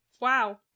Wow